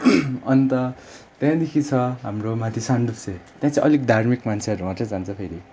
अन्त त्यहाँदेखि छ हाम्रो माथि सानडुप्चे त्यहाँ चाहिँ अलिक धार्मिक मान्छेहरू मात्रै जान्छ फेरि